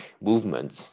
movements